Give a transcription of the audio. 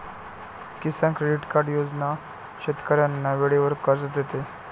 किसान credit card योजना शेतकऱ्यांना वेळेवर कर्ज देते